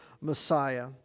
Messiah